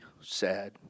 sad